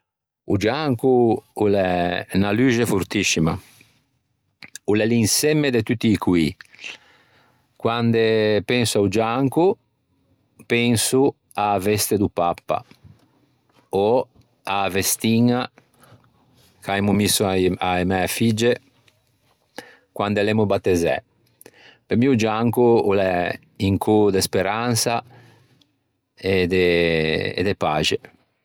O gianco o l'é unna luxe fortiscima, o l'é l'insemme de tutti i coî. Quande penso a-o gianco, penso a-a veste do Pappa ò a-a vestiña ch'aimo misso a-e mæ figge quande l'emmo battezzæ. Pe mi o gianco o l'é un cô de speransa e de e de paxe.